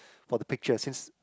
for the picture since